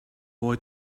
boy